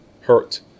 hurt